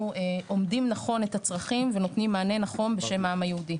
אומדים נכון את הצרכים ונותנים מענה נכון בשם העם היהודי.